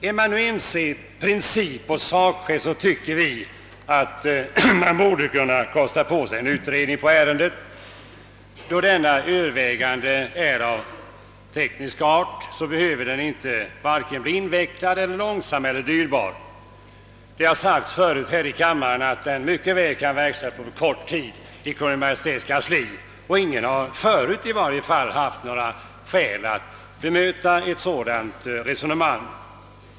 Är man nu ense i princip och i fråga om sakskälen, tycker vi att man borde kunna kosta på sig en utredning i ärendet. Då denna utredning till övervägande del är av teknisk art, behöver den varken bli invecklad, långsam eller dyrbar. Det har sagts förut här i kammaren, att den mycket väl kan verkställas på kort tid i Kungl. Maj:ts kansli. Ingen har — i varje fall tidigare — haft några skäl att bemöta ett sådant resonemang.